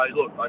look